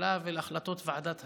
הממשלה ולהחלטות ועדות השרים,